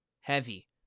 heavy